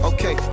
Okay